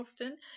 often